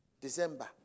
December